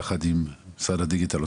יחד עם משרד הדיגיטל,